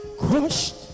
crushed